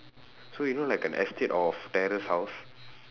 so you know like an estate of terrace house